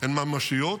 הן ממשיות.